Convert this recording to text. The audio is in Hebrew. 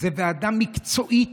זו ועדה מקצועית,